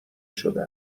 شده